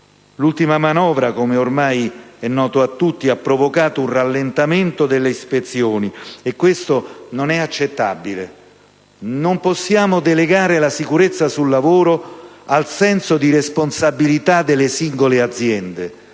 L'ultima manovra, come ormai è noto a tutti, ha provocato un rallentamento delle ispezioni, e questo non è accettabile. Non possiamo delegare la sicurezza sul lavoro al senso di responsabilità delle singole aziende